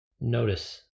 notice